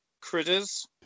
critters